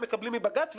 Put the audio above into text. הם מקבלים מבג"ץ,